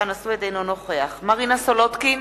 אינו נוכח מרינה סולודקין,